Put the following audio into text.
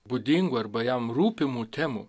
būdingų arba jam rūpimų temų